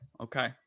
Okay